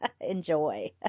Enjoy